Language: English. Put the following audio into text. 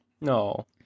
No